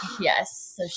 Yes